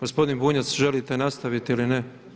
Gospodine Bunjac želite li nastaviti ili ne?